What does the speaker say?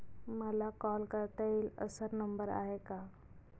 मला कॉल करता येईल असा नंबर आहे का?